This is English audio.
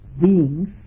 beings